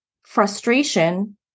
frustration